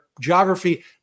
geography